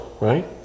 right